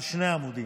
על שני עמודים.